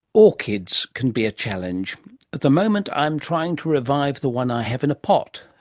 orchids can be a challenge. at the moment i am trying to revive the one i have in a pot,